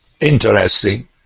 Interesting